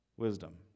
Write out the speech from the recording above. Wisdom